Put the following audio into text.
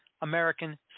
American